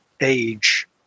age